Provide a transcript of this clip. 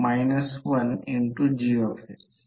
ही बाजू 1 आहे येथे पहा मी पॉईंटरने मार्किंग करत आहे ही बाजू 0